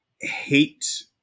hate